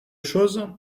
chose